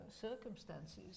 circumstances